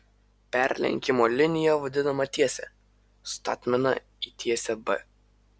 perlenkimo linija vadinama tiese statmena į tiesę b